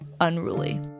unruly